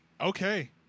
Okay